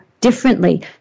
differently